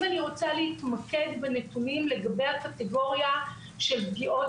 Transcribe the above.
אם אני רוצה להתמקד בנתונים לגבי הקטגוריה של פגיעות